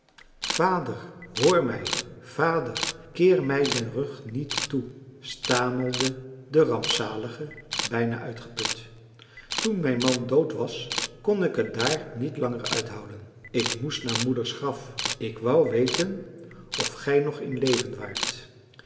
vader hoor mij vader keer mij den rug niet toe stamelde de rampzalige bijna uitgeput toen mijn man dood was kon ik het daar niet langer uithouden ik moest naar moeders graf ik wou weten of gij nog in leven waart